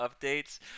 updates